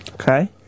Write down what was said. Okay